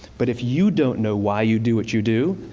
but if you don't know why you do what you do,